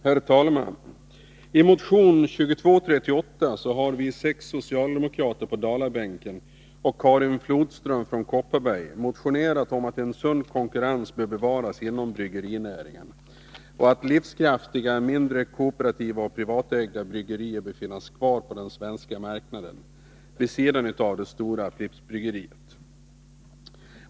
Herr talman! I motion 2238 har vi sex socialdemokrater på Dalabänken och Karin Flodström från Kopparberg motionerat om att en sund konkurrens bör bevaras inom bryggerinäringen och att livskraftiga mindre kooperativa och privatägda bryggerier bör finnas kvar på den svenska marknaden vid sidan av det stora Prippsbryggeriet.